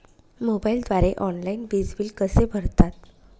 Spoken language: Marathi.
मोबाईलद्वारे ऑनलाईन वीज बिल कसे भरतात?